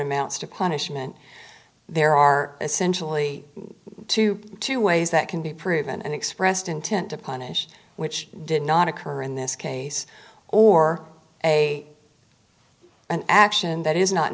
amounts to punishment there are essentially twenty two dollars ways that can be proven and expressed intent to punish which did not occur in this case or a an action that is not